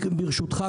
ברשותך,